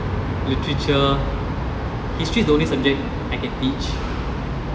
literature history is the only subject I can teach